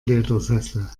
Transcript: ledersessel